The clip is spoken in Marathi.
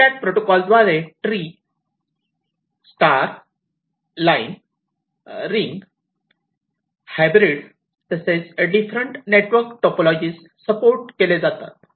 इथरकॅट प्रोटोकॉल द्वारे tree star line ring hybrid तसेच डिफरंट नेटवर्क टोपोलॉजी सपोर्ट केले जातात